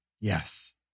Yes